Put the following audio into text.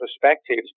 perspectives